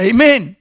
Amen